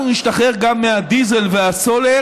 אנחנו נשתחרר גם מהדיזל והסולר,